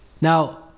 Now